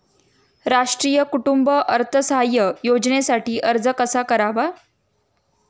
राष्ट्रीय कुटुंब अर्थसहाय्य योजनेसाठी अर्ज कसा करावा?